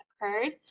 occurred